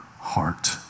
heart